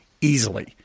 easily